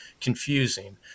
confusing